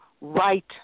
right